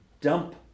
dump